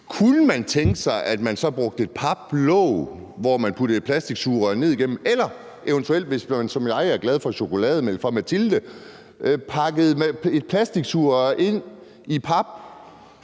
Kunne man så tænke sig, at man brugte paplåg, som man puttede et plastiksugerør ned igennem, eller man, hvis man som jeg er glad for chokoladmælk fra Matilde, eventuelt pakkede et plastiksugerør ind i pap